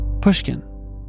pushkin